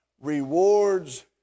rewards